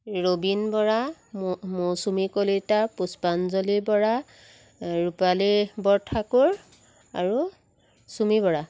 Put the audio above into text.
ৰবীন বৰা ম মৌচুমী কলিতা পুষ্পাঞ্জলী বৰা ৰূপালী বৰঠাকুৰ আৰু চুমী বৰা